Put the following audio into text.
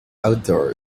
outdoors